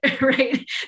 right